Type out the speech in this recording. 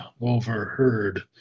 overheard